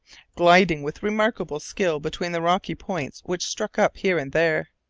gliding with remarkable skill between the rocky points which stuck up here and there.